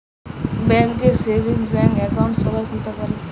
bank এ savings bank account সবাই খুলতে পারে